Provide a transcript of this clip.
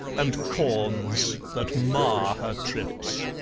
and corns that mar her trips.